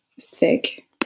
thick